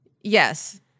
Yes